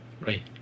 right